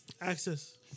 Access